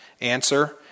Answer